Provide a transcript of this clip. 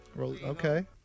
Okay